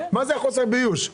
מה זה החוסר באיוש?